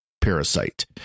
parasite